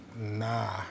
nah